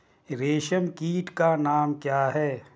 रेशम कीट का नाम क्या है?